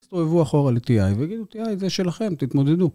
תסתובבו אחורה ל-TI ותגידו-TI. זה שלכם, תתמודדו.